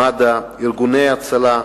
מד"א וארגוני ההצלה,